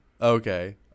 Okay